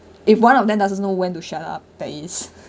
if one of them doesn't know when to shut up that is